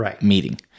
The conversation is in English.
meeting